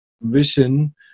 vision